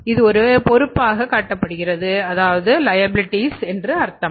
இது ஒரு பொறுப்பாகக் காட்டப்படுகிறது என்று அர்த்தம்